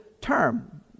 term